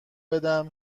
بدم